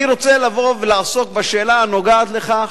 אני רוצה לבוא ולעסוק בשאלה הנוגעת לכך,